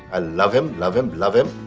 i love him, love him, love him